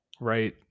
right